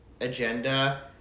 agenda